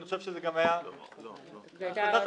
ואני חושב שזה גם היה --- זו הייתה הצעת